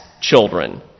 Children